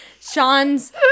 Sean's